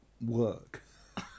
work